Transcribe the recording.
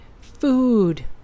food